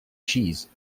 cheese